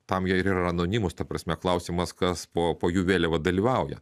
tam jie ir yra anonimus ta prasme klausimas kas po po jų vėliava dalyvauja